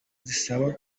zisaba